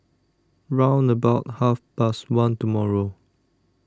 round about Half Past one tomorrow